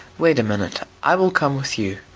wait a minute i will come with you.